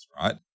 right